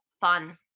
fun